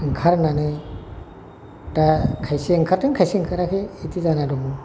ओंखारनानै दा खायसे ओंखारदों खायसे ओंखाराखै बिदि जाना दङ